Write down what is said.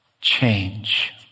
change